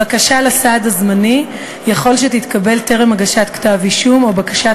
הבקשה לסעד הזמני יכול שתתקבל טרם הגשת כתב-אישום או בקשת